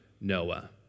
Noah